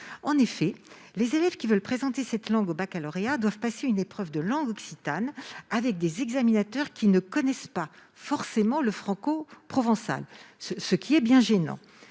nationale. Les élèves qui veulent présenter cette langue au baccalauréat doivent aujourd'hui passer une épreuve de langue occitane avec des examinateurs qui ne connaissent pas toujours le francoprovençal, ce qui est bien gênant.